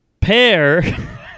pair